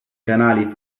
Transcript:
canali